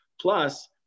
Plus